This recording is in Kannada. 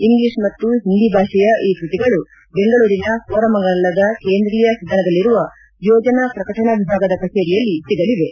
ಇಂಗ್ಲಿಷ್ ಮತ್ತು ಹಿಂದಿ ಭಾಷೆಯ ಈ ಕೃತಿಗಳು ಬೆಂಗಳೂರಿನ ಕೋರಮಂಗಲದ ಕೇಂದ್ರೀಯ ಸದನದಲ್ಲಿರುವ ಯೋಜನಾ ಪ್ರಕಟಣಾ ವಿಭಾಗದ ಕಚೇರಿಯಲ್ಲಿ ಸಿಗಲಿವೆ